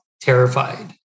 terrified